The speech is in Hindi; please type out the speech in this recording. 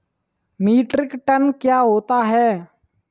मीट्रिक टन क्या होता है?